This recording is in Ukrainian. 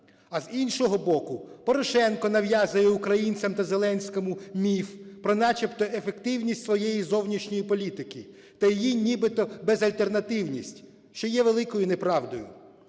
А, з іншого боку, Порошенко нав'язує українцям та Зеленському міф про начебто ефективність своєї зовнішньої політики та її нібито безальтернативність, що є великою неправдою.